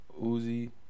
Uzi